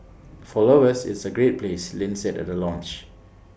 for lovers it's A great place Lin said at the launch